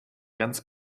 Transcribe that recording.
ganz